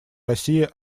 россия